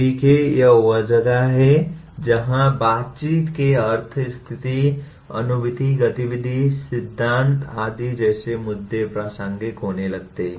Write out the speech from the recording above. ठीक है यह वह जगह है जहां बातचीत के अर्थ स्थित अनुभूति गतिविधि सिद्धांत आदि जैसे मुद्दे प्रासंगिक होने लगते हैं